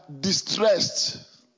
distressed